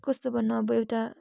कस्तो भन्नु अब एउटा